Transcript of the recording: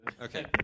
Okay